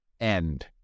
end